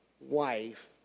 wife